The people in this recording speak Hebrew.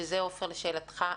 שזה עופר, לשאלתך,